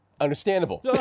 Understandable